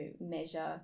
measure